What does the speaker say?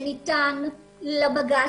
שניתן לבג"ץ,